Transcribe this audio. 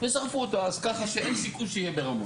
ושרפו אותה, אז ככה שאין סיכוי שיהיה ברמות.